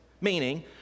Meaning